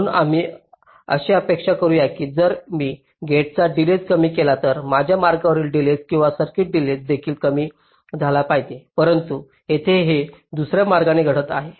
म्हणून आम्ही अशी अपेक्षा करू की जर मी गेटचा डिलेज कमी केला तर माझ्या मार्गावरील डिलेज किंवा सर्किट डिलेज देखील कमी झाला पाहिजे परंतु येथे हे दुसर्या मार्गाने घडत आहे